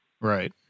Right